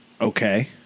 okay